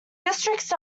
districts